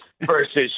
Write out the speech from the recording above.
versus